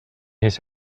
his